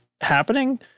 happening